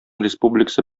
республикасы